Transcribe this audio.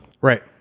Right